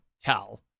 tell